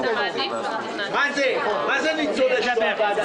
מה זה ניצולי שואה?